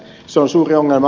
se on suuri ongelma